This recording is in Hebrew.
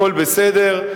הכול בסדר.